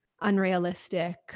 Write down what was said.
unrealistic